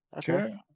Sure